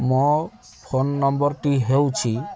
ମୋ ଫୋନ୍ ନମ୍ବର୍ଟି ହେଉଛି